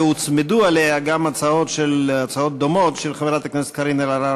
והוצמדו אליה הצעות דומות של חברת הכנסת קארין אלהרר